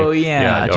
so yeah.